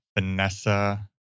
Vanessa